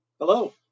Hello